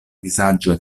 vizaĝo